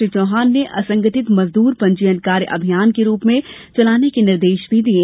श्री चौहान ने असंगठित मजदूर पंजीयन कार्य अभियान के रूप में करने के निर्देश भी दिये